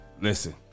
listen